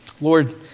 Lord